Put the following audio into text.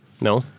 No